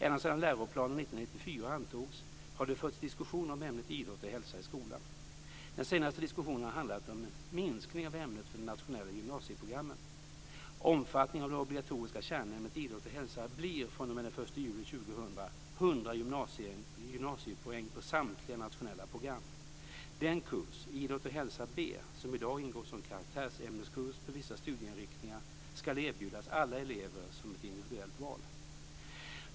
Ända sedan läroplanen 1994 antogs har det förts diskussioner om ämnet idrott och hälsa i skolan. Den senaste diskussionen har handlat om en minskning av ämnet för de nationella gymnasieprogrammen. Omfattningen av det obligatoriska kärnämnet idrott och hälsa blir, fr.o.m. den 1 juli 2000, 100 gymnasiepoäng på samtliga nationella program. Den kurs, idrott och hälsa B, som i dag ingår som karaktärsämneskurs på vissa studieinriktningar, ska erbjudas alla elever som ett individuellt val.